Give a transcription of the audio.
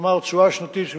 כלומר, תשואה שנתית של